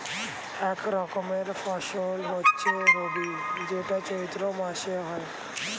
এক রকমের ফসল হচ্ছে রবি যেটা চৈত্র মাসে হয়